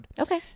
Okay